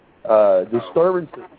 Disturbances